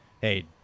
hey